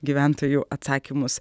gyventojų atsakymus